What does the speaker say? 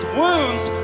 wounds